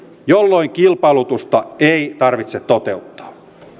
jolloin kilpailutusta ei tarvitse toteuttaa